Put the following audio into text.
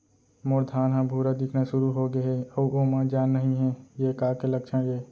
मोर धान ह भूरा दिखना शुरू होगे हे अऊ ओमा जान नही हे ये का के लक्षण ये?